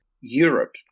Europe